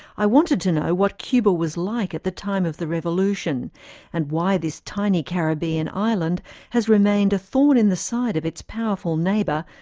i wanted to know what cuba was like at the time of the revolution and why this tiny caribbean island has remained a thorn in the side of its powerful neighbour,